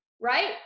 right